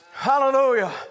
hallelujah